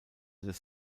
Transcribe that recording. des